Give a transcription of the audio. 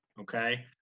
Okay